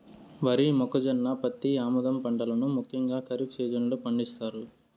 వరి, మొక్కజొన్న, పత్తి, ఆముదం పంటలను ముఖ్యంగా ఖరీఫ్ సీజన్ లో పండిత్తారు